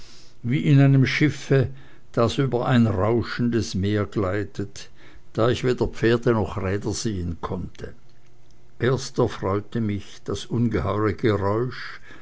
wie in einem schiffe das über ein rauschendes meer gleitet da ich weder pferde noch räder sehen konnte erst erfreute mich das ungeheuere geräusch